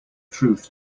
truth